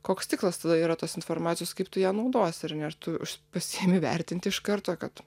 koks tikslas yra tos informacijos kaip tu ją naudosi ar ne ar tu pasiimi vertint iš karto kad